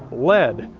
lead,